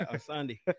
Sunday